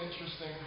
interesting